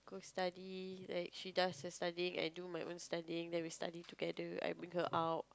study like she does her studying I do my own studying then we study together I bring her out